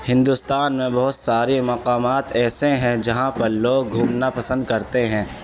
ہندوستان میں بہت سارے مقامات ایسے ہیں جہاں پر لوگ گھومنا پسند کرتے ہیں